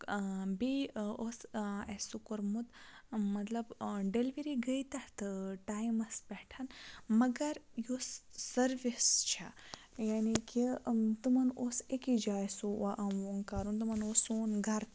بیٚیہِ اوس اَسہِ سُہ کوٚرمُت مطلب ڈیٚلؤری گٔے تَتھ ٹایمَس پیٚٹھ مَگر یُس سٔروِس چھےٚ یعنی کہِ تِمَن اوس أکِس جایہِ سُہ کَرُن تمَن اوس سون گَرٕ